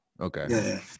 okay